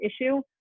issue